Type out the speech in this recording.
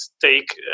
take